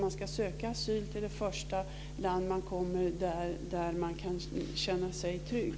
Man ska söka asyl i det första land man kommer där man kan känna sig trygg.